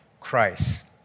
Christ